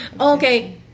okay